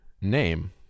name